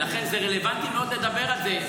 ולכן זה רלוונטי מאוד לדבר על זה.